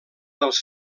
dels